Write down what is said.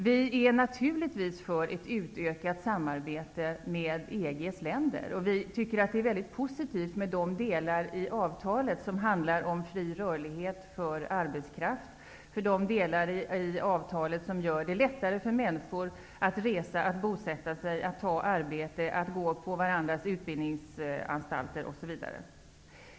Vi är naturligtvis för ett utökat samarbete med EG:s länder. Vi tycker att det är mycket positivt med de delar i avtalet som handlar om fri rörlighet för arbetskraft och de delar i avtalet som gör det lättare för människor att resa, bosätta sig, ta arbete, gå på varandras utbildningsanstalter osv.